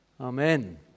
Amen